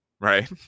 right